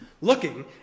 looking